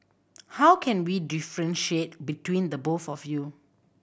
how can we differentiate between the both of you